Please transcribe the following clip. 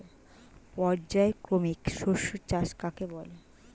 পর্যায়ক্রমিক শস্য চাষ কাকে বলে?